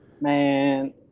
Man